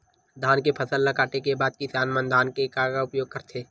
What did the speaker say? धान के फसल ला काटे के बाद किसान मन धान के का उपयोग करथे?